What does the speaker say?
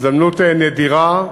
הזדמנות נדירה,